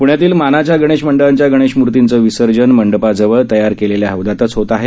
प्ण्यातील मानाच्या गणेश मंडळाच्या गणेश मूर्तीचं विसर्जन मंडपाजवळ तयार केलेल्या हौदातच होत आहे